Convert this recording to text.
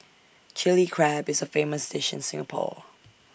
Chilli Crab is A famous dish in Singapore